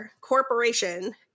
corporation